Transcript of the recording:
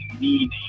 meaning